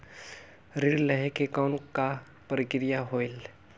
ऋण लहे के कौन का प्रक्रिया होयल?